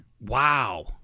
Wow